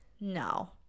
No